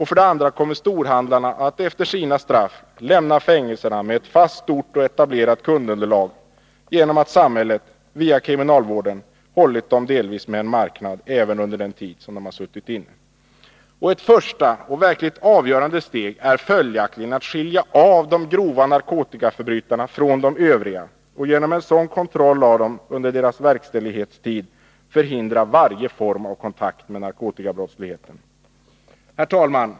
För det tredje kommer storhandlarna att efter sina fängelsestraff lämna fängelserna med ett fast, stort och etablerat kundunderlag, eftersom samhället via kriminalvården hållit dem med en viss marknad även under den tid som de suttit inne. Ett första och verkligt avgörande steg är följaktligen att skilja av de grova narkotikaförbrytarna från de övriga och genom en sådan kontroll av dem under deras verkställighetstid förhindra varje form av kontakt med Herr talman!